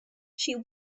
she